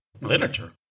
literature